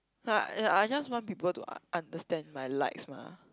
right yea I just want people to understand my likes mah